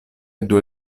due